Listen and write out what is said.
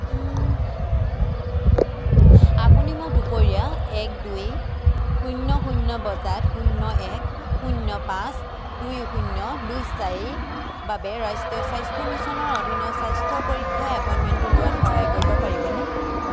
আপুনি মোক দুপৰীয়া এক দুই শূন্য শূন্য বজাত শূন্য এক শূন্য পাঁচ দুই শূন্য দুই চাৰিৰ বাবে ৰাষ্ট্ৰীয় স্বাস্থ্য মিছনৰ অধীনত স্বাস্থ্য পৰীক্ষাৰ এপইণ্টমেণ্টটো লোৱাত সহায় কৰিব পাৰিবনে